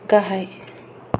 गाहाय